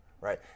right